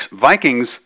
Vikings